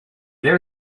there